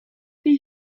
tej